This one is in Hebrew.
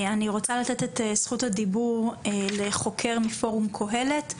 אני רוצה לתת את זכות הדיבור לחוקר מפורום קהלת,